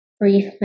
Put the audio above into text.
brief